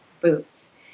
boots